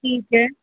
ठीक है